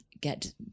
get